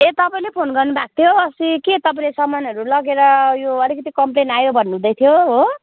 ए तपाईँले फोन गर्नु भएको थियो अस्ति के तपाईँले सामानहरू लगेर यो अलिकति कमप्लेन आयो भन्नु हुँदैथ्यो हो